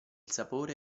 sapore